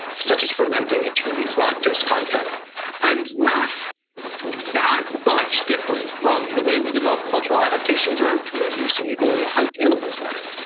such as fermenting it to reduce lactose content and not that much different from the way we developed cultural adaptations around tool use and the ability to hunt animals better.